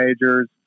majors